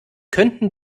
könnten